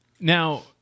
Now